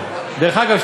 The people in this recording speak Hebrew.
דרך אגב,